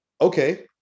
Okay